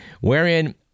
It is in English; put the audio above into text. wherein